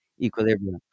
equilibrium